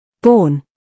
born